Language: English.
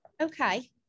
Okay